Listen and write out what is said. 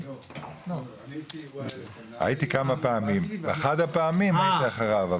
הייתי כמה פעמים, באחת הפעמים הייתי אחריו.